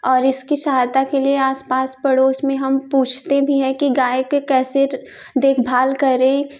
और इसकी सहायता के लिए आस पड़ोस में हम पूछते भी है कि गाय के कैसे देखभाल करें